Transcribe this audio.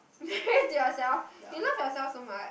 married to yourself you love yourself so much